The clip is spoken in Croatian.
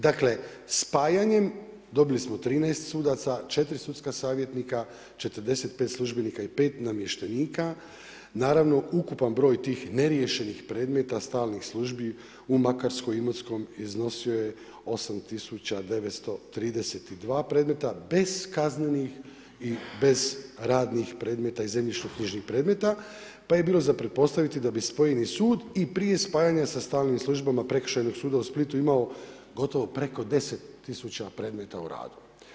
Dakle spajanjem dobili smo 13 sudaca, 4 sudska savjetnika, 45 službenika i 5 namještenika, naravno ukupan broj tih neriješenih predmeta stalnih službi u Makarskoj, Imotskom iznosio je 8932 predmeta bez kaznenih i bez radnih predmeta i zemljišno knjižnih predmeta, pa je bilo za pretpostaviti da bi spojeni sud i prije spajanja sa stalnim službama Prekršajnog suda u Splitu imao gotovo preko 10 tisuća predmeta u radu.